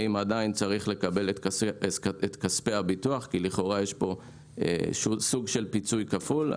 האם עדיין צריך לקבל את כספי הביטוח כי לכאורה יש פה סוג של פיצוי כפול.